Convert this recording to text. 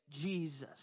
Jesus